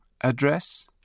Address